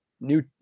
new